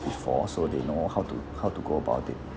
before so they know how to how to go about it